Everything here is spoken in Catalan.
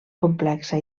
complexa